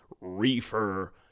reefer